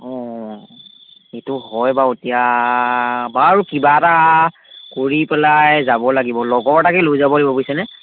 অঁ এইটো হয় বাৰু এতিয়া বাৰু কিবা এটা কৰি পেলাই যাব লাগিব লগৰ এটাকে লৈ যাব লাগিব বুজিছেনে